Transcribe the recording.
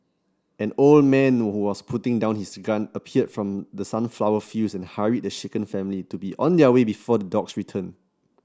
an old man who was putting down his gun appeared from the sunflower fields and hurried the shaken family to be on their way before the dogs return